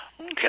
Okay